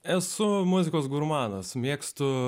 esu muzikos gurmanas mėgstu